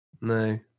No